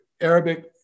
Arabic